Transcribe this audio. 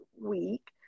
week